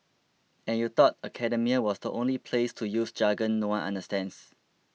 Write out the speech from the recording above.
and you thought academia was the only place to use jargon no one understands